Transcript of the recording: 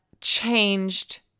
changed